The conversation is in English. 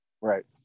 Right